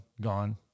gone